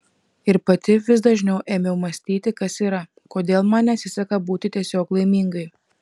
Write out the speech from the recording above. ir pati vis dažniau ėmiau mąstyti kas yra kodėl man nesiseka būti tiesiog laimingai